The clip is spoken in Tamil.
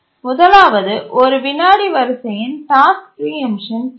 முதலாவது ஒரு விநாடி வரிசையின் டாஸ்க் பிரீஎம்ட்ஷன் டைம்